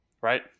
Right